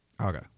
Okay